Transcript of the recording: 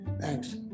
Thanks